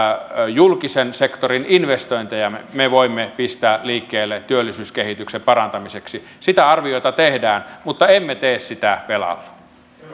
julkisen sektorin investointeja me me voimme pistää liikkeelle työllisyyskehityksen parantamiseksi sitä arviota tehdään mutta emme tee sitä velalla